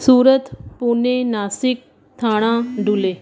Surat Pune Nashik Thane Dhule